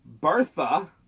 Bertha